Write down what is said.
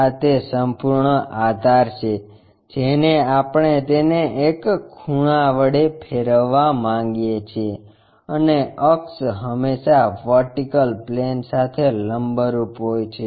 આ તે સંપૂર્ણ આધાર છે જેને આપણે તેને એક ખૂણા વડે ફેરવવા માંગીએ છીએ અને અક્ષ હંમેશા વર્ટિકલ પ્લેન સાથે લંબરૂપ હોય છે